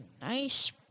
nice